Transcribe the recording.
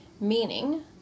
meaning